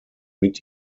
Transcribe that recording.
mit